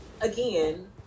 again